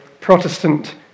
Protestant